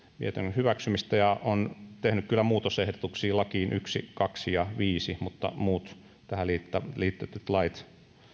hyväksymistä ja on tehnyt kyllä muutosehdotuksia lakiin yksi toinen ja viides lakiehdotus mutta muut tähän liitetyt lait